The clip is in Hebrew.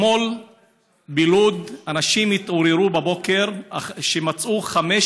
אתמול בלוד אנשים התעוררו בבוקר ומצאו 15